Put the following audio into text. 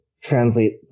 translate